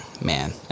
man